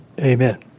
Amen